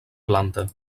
planta